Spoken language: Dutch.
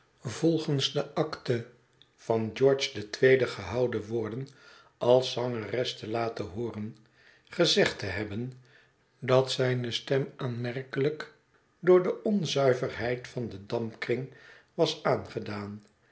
volgens de akte van george den tweeden gehouden worden als zangeres te laten hooren gezegd te hebben dat zijne stem aanmerkelijk door de onzuiverheid van den dampkring was aangedaan